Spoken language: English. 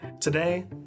Today